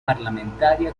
parlamentaria